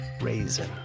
raisin